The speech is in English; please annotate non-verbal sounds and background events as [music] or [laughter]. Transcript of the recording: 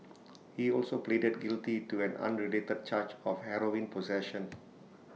he also pleaded [noise] guilty to an unrelated charge of heroin possession